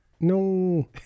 no